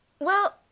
Well